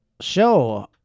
show